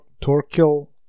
Torquil